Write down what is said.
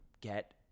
get